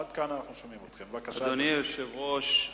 אדוני היושב-ראש,